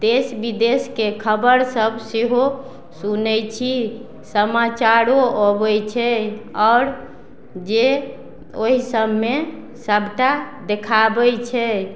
देश विदेशके खबर सब सेहो सुनय छी समाचारो अबय छै आओर जे ओइ सबमे सबटा देखाबय छै